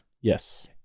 Yes